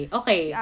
okay